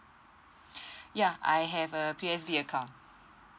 yeah I have a P_O_S_B account